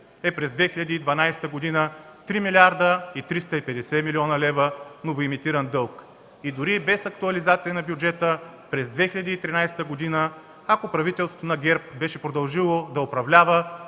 е през 2012 г. – 3 млрд. 350 млн. лв. Дори без актуализация на бюджета, през 2013 г. ако правителството на ГЕРБ беше продължило да управлява,